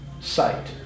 site